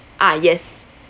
ah yes